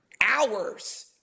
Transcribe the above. hours